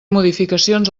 modificacions